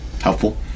helpful